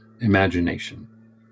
imagination